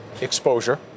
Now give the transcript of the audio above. exposure